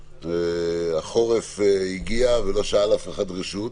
ובמיוחד שגם החורף הגיע בלי לשאול אף אחד רשות,